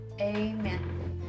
Amen